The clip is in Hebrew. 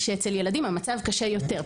אני יכולה להגיד לכם שאצל ילדים המצב קשה יותר,